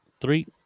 three